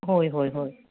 होय होय होय